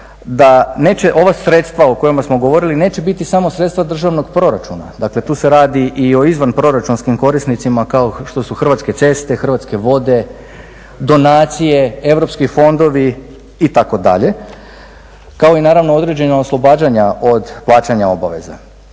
ova sredstva o kojima smo govorili, neće biti samo sredstva državnog proračuna. Dakle, tu se radi i o izvan proračunskim korisnicima kao što su Hrvatske ceste, Hrvatske vode, donacije, europski fondovi itd. kao i naravno određena oslobađanja od plaćanja obaveza.